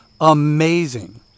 amazing